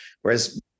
Whereas